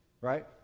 right